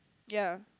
ya